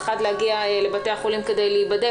פחד להגיע לבתי החולים כדי להיבדק.